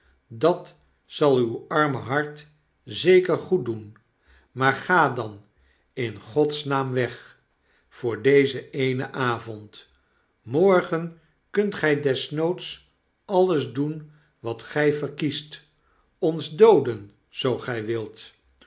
dat zal aw arme hart zeker goed doen maar ga dan in gods naam weg voor dezen eenen avond morgen kunt gy desnoods alles doen wat gij verkiest ons dooden zoo gy wilt